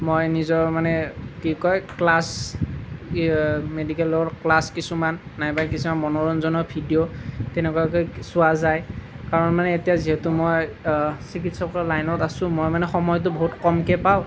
মই নিজৰ মানে কি কয় ক্লাছ মেডিকেলৰ ক্লাছ কিছুমান নাইবা কিছুমান মনোৰঞ্জনৰ ভিডিঅ' তেনেকুৱাকৈ চোৱা যায় কাৰণ মানে এতিয়া যিহেতু মই চিকিৎসকৰ লাইনত আছোঁ মই মানে সময়টো বহুত কমকৈ পাওঁ